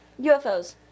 UFOs